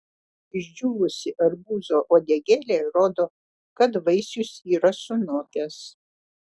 išdžiūvusi arbūzo uodegėlė rodo kad vaisius yra sunokęs